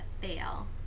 fail